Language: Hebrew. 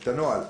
את הנוהל.